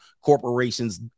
corporations